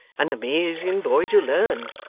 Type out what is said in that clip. an amazing boy to learn,